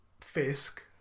fisk